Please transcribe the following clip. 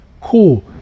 Cool